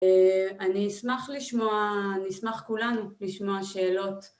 אה... אני אשמח לשמוע, אני אשמח כולנו, לשמוע שאלות.